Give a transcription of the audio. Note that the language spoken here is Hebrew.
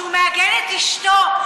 שהוא מעגן את אשתו?